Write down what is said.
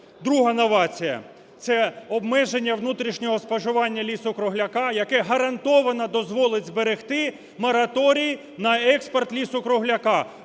Друга новація – це обмеження внутрішнього споживання лісу-кругляка, яке гарантовано дозволить зберегти мораторій на експорт лісу-кругляка